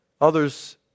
Others